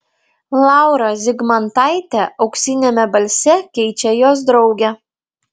laurą zigmantaitę auksiniame balse keičia jos draugė